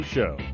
Show